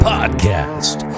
Podcast